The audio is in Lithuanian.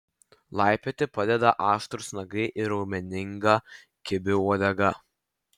laipioti padeda aštrūs nagai ir raumeninga kibi uodega